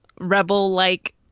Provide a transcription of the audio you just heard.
rebel-like